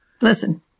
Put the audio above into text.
Listen